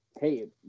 hey